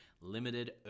limited